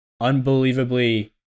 unbelievably